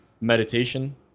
Meditation